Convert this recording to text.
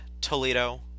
Toledo